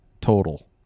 total